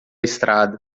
estrada